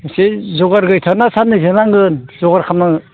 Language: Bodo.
इसे जगार गैथाराना साननैसो नांगोन जगार खालामनो